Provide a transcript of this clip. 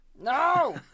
No